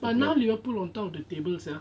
but now liverpool on top of the table sia